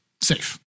safe